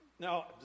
Now